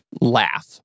laugh